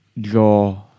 draw